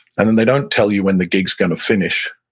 and then they don't tell you when the gig is going to finish,